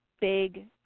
big